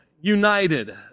United